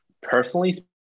Personally